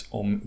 om